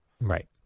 right